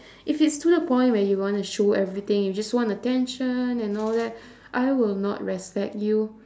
if it's to the point where you wanna show everything you just want attention and all that I will not respect you